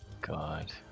God